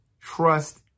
trust